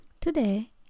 today